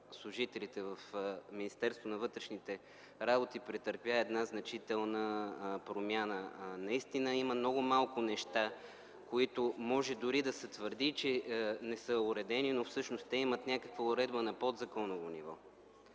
служителите в Министерството на вътрешните работи, претърпя една значителна промяна. Наистина има много малко неща, за които може дори да се твърди, че не са уредени, но всъщност те имат някаква уредба на подзаконово ниво.